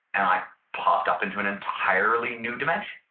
and i popped up into an entirely new dimension.